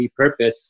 repurpose